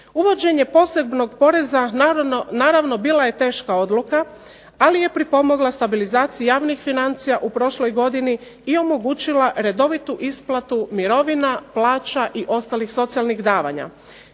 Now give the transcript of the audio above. Uvođenje posebnog poreza naravno bila je teška odluka ali je pripomogla stabilizaciji javnih financija u prošloj godini i omogućila redovitu isplatu mirovina, plaća i ostalih socijalnih davanja.